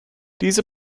diese